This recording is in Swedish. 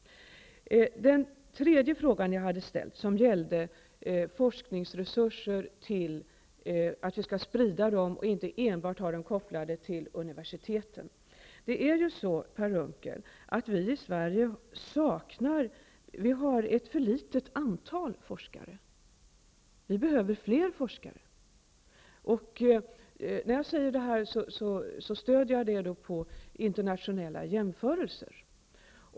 Så tolkar jag det. Min tredje fråga gällde att forskningsresurserna bör spridas och inte enbart vara kopplade till universiteten. Vi i Sverige har ett för litet antal forskare, Per Unckel. Det behövs fler forskare. Detta stöder jag på internationella jämförelser.